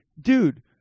dude